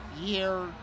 Year